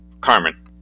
Carmen